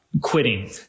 quitting